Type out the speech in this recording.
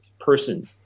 person